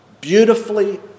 Beautifully